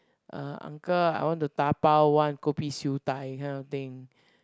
uh uncle ah I want to dabao one kopi siew-dai that kind of thing